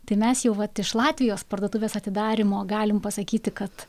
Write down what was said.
tai mes jau vat iš latvijos parduotuvės atidarymo galim pasakyti kad